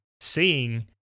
seeing